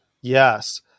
yes